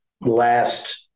last